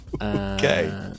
Okay